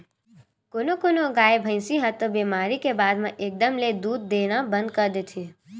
कोनो कोनो गाय, भइसी ह तो बेमारी के बाद म एकदम ले दूद देना बंद कर देथे